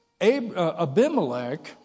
Abimelech